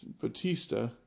Batista